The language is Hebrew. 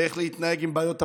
איך להתנהג עם בעיות הפשיעה.